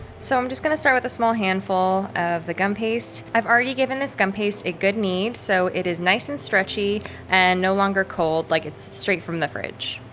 so i'm just going to start with a small handful of the gum paste. i've already given this gum paste a good knead. so it is nice and stretchy and no longer cold. like it's straight from the fridge,